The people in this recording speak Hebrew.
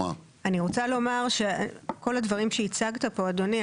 אני רוצה לומר שכל הדברים שהצגת פה אדוני,